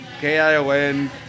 K-I-O-N